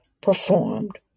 performed